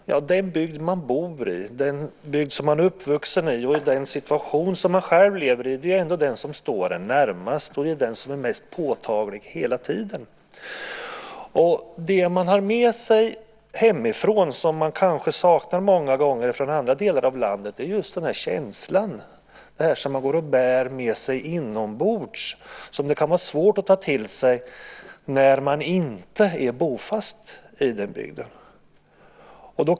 Den bygd man bor i och som man är uppvuxen i och den situation som man själv lever i står en ändå närmast och är mest påtaglig hela tiden. Vad man har med sig hemifrån och som man många gånger kanske saknar från andra delar av landet är just den känsla man har, det som man bär med sig inombords, och som det kan vara svårt att ta till sig för den som inte är bofast i bygden.